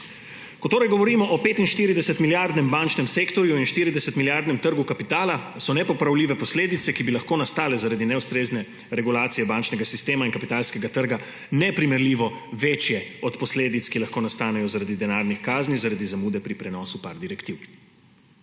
Ko torej govorimo o 45-milijardnem bančnem sektorju in 40-milijardnem trgu kapitala, so nepopravljive posledice, ki bi lahko nastale zaradi neustrezne regulacije bančnega sistema in kapitalskega trga, neprimerljivo večje od posledic, ki lahko nastanejo zaradi denarnih kazni zaradi zamude pri prenosu par direktiv.